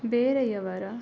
ಬೇರೆಯವರ